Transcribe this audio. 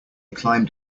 climbed